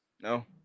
no